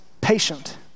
patient